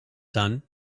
son